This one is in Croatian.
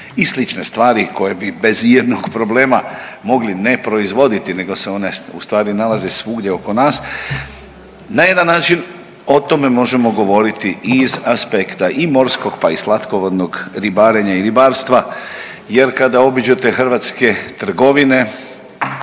i slične stvari koje bi bez ijednog problema mogli ne proizvoditi nego se one ustvari nalaze svugdje oko nas, na jedan način o tome možemo govoriti i iz aspekta i morskog, pa i slatkovodnog ribarenja i ribarstva jer kada obiđete hrvatske trgovine